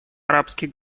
арабских